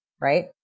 right